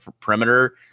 perimeter